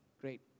Great